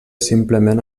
simplement